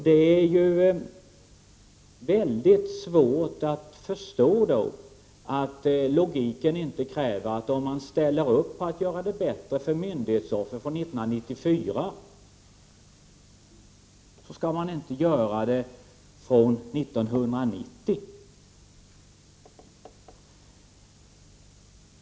Det är mycket svårt att förstå att logiken inte kräver att om man ställer upp för att göra det bättre för myndighetsoffer från 1994, skall man inte göra det från 1990.